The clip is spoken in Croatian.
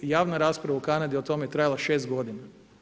Javna rasprava u Kanadi o tome je trajala 6 godina.